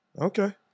Okay